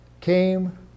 came